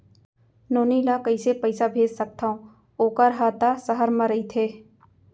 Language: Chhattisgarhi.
नोनी ल कइसे पइसा भेज सकथव वोकर हा त सहर म रइथे?